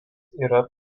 yra